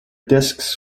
discs